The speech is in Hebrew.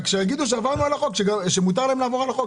רק שיגידו שמותר להם לעבור על החוק.